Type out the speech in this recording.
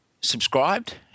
subscribed